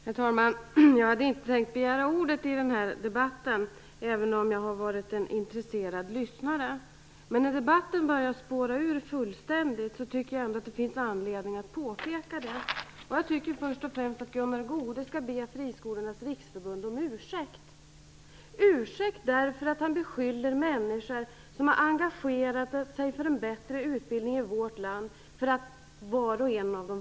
Herr talman! Jag hade inte tänkt begära ordet i denna debatt även om jag har varit en intresserad lyssnare. Men när debatten börjar spåra ur fullständigt tycker jag ändå att det finns anledning att påpeka det. Jag tycker först och främst att Gunnar Goude skall be Friskolornas riksförbund om ursäkt därför att han beskyller människor som har engagerat sig för en bättre utbildning i vårt land för att vara nyliberaler.